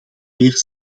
weer